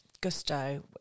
gusto